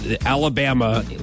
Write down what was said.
Alabama